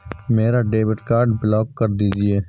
मेरा debit card block कर दीजिए